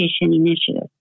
Initiative